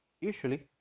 usually